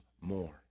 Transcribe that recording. more